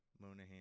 Monahan